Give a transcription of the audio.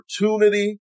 opportunity